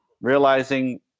Realizing